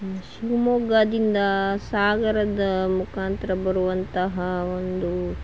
ಶಿವಮೊಗ್ಗದಿಂದ ಸಾಗರದ ಮುಖಾಂತ್ರ ಬರುವಂತಹ ಒಂದು